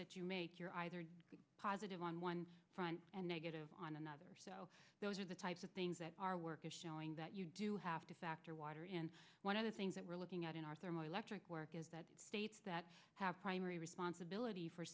that you make you're either positive on one front and negative on another so those are the types of things that our work is showing that you do have to factor water and one of the things that we're looking at in our thermoelectric work is that states that have primary responsibility for